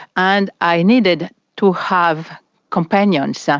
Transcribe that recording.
and i needed to have companions, so